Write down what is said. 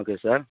okay sir